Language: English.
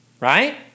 right